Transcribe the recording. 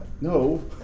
no